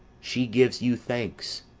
she gives you thanks.